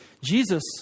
Jesus